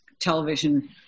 television